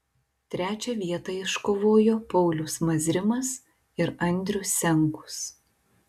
trečią vietą iškovojo paulius mazrimas ir andrius senkus